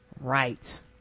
Right